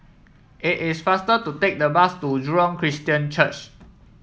it is faster to take the bus to Jurong Christian Church